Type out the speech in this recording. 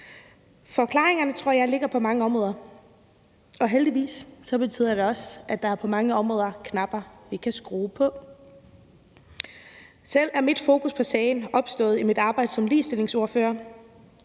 Forklaringen tror jeg ligger på mange områder, og heldigvis betyder det også, at der på mange områder er knapper, som vi kan skrue på. Selv er mit fokus på sagen opstået i mit arbejde som ligestillingsordfører.